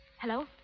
Hello